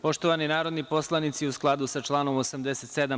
Poštovani narodni poslanici, u skladu sa članom 87.